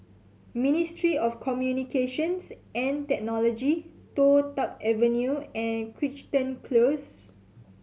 Ministry of Communications and Technology Toh Tuck Avenue and Crichton Close